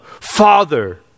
Father